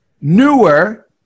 newer